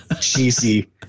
cheesy